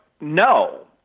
no